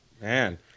Man